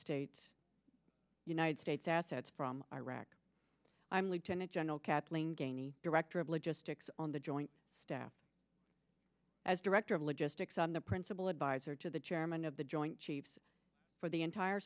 states united states assets from iraq i'm lieutenant general kathleen gagne director of logistics on the joint staff as director of logistics on the principal advisor to the chairman of the joint chiefs for the entire